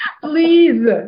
Please